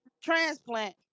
transplant